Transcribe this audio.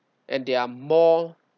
and they are more